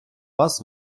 вас